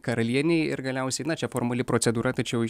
karalienei ir galiausiai na čia formali procedūra tačiau